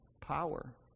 power